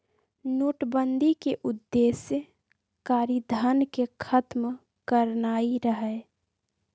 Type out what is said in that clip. नोटबन्दि के उद्देश्य कारीधन के खत्म करनाइ रहै